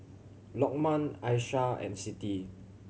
Lokman Aishah and Siti